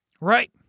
Right